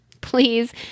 please